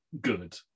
good